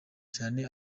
cyane